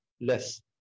less